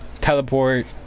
teleport